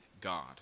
God